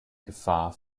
gefahr